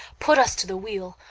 put us to the wheel,